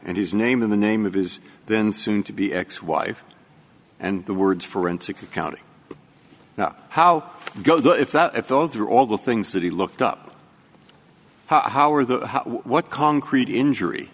and his name in the name of his then soon to be ex wife and the word forensic accounting how go the if that those are all the things that he looked up how are the what concrete injury